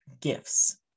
gifts